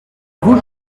vous